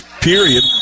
period